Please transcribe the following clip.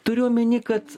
turiu omeny kad